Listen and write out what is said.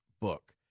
book